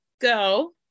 go